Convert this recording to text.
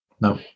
No